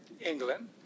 England